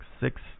six